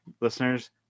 listeners